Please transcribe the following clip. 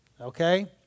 Okay